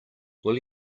will